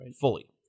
fully